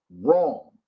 wrong